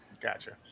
Gotcha